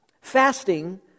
Fasting